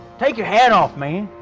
take your hat off man.